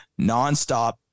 nonstop